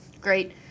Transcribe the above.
Great